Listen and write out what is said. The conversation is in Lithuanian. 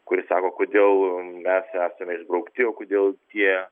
kuris sako kodėl mes esame išbraukti o kodėl tie